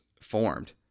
formed